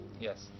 Yes